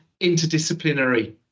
interdisciplinary